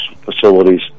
facilities